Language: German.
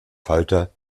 falter